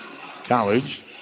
College